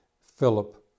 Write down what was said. Philip